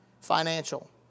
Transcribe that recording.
Financial